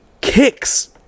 kicks